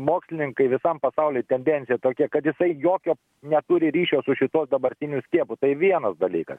mokslininkai visam pasauly tendencija tokia kad jisai jokio neturi ryšio su šituo dabartiniu skiepu tai vienas dalykas